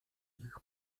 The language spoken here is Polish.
ich